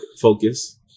focus